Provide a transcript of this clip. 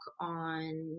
on